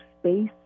space